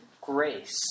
grace